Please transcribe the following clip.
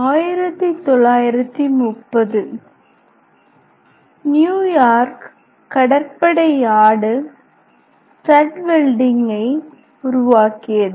1930 New York கடற்படை yard stud வெல்டிங்கை உருவாக்கியது